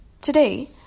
Today